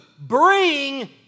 bring